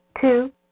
Two